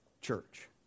church